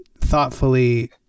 thoughtfully